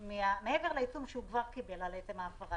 שלושה מעבר לעיצום שהוא כבר קיבל על עצם ההפרה,